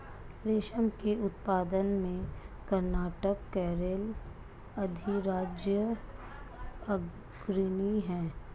रेशम के उत्पादन में कर्नाटक केरल अधिराज्य अग्रणी है